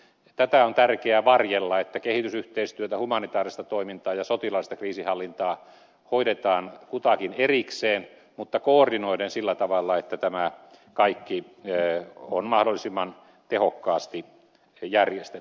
tätä on tärkeä varjella että kehitysyhteistyötä humanitaarista toimintaa ja sotilaallista kriisinhallintaa hoidetaan kutakin erikseen mutta koordinoiden sillä tavalla että tämä kaikki on mahdollisimman tehokkaasti järjestetty